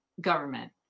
government